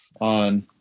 on